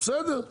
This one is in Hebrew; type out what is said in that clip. בסדר.